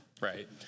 right